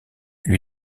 lui